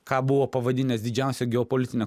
ką buvo pavadinęs didžiausia geopolitine